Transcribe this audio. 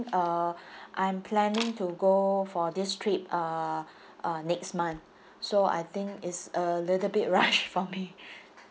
uh I'm planning to go for this trip uh uh next month so I think it's a little bit rush for me